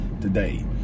today